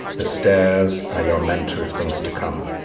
the stairs are your mentor of things to come,